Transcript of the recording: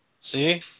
See